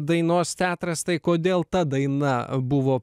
dainos teatras tai kodėl ta daina buvo